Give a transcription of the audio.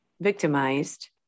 victimized